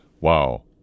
Wow